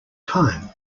time